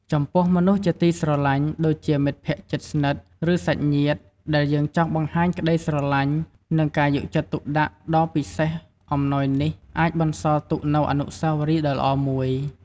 ចំពោះមនុស្សជាទីស្រឡាញ់ ដូចជា មិត្តភក្តិជិតស្និទ្ធ ឬសាច់ញាតិ ដែលយើងចង់បង្ហាញក្តីស្រឡាញ់ និងការយកចិត្តទុកដាក់ដ៏ពិសេសអំណោយនេះអាចបន្សល់ទុកនូវអនុស្សាវរីយ៍ដ៏ល្អមួយ។